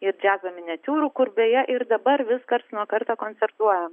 ir džiazo miniatiūrų kur beje ir dabar vis karts nuo karto koncertuojam